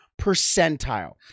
percentile